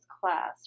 class